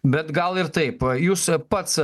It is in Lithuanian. bet gal ir taip jūs pats